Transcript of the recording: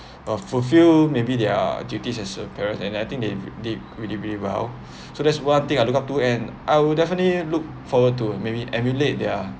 uh fulfill maybe their duties as a parents and I think they did really really well so that's one thing I look up to and I will definitely look forward to maybe emulate their